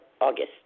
August